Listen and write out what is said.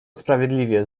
sprawiedliwie